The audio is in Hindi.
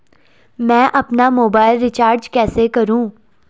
मैं अपना मोबाइल रिचार्ज कैसे करूँ?